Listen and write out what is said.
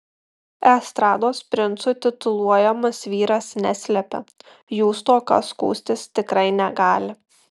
estrados princu tituluojamas vyras neslepia jų stoka skųstis tikrai negali